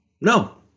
No